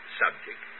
subject